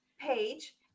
page